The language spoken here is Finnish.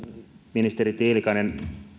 ministeri tiilikainen